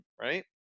right